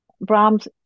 Brahms